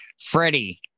Freddie